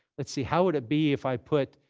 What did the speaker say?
let's see. how would it be if i put